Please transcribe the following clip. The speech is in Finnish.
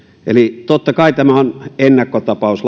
eli totta kai tämä on ennakkotapaus